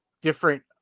different